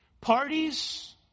Parties